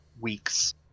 weeks